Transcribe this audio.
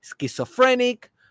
schizophrenic